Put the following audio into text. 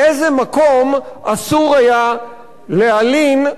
באיזה מקום אסור היה להלין,